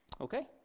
Okay